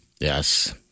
Yes